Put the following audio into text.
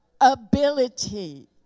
ability